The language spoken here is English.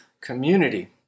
community